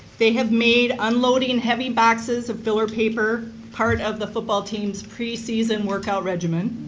they have made unloading and heavy boxes of filler paper part of the football team's preseason workout regimen.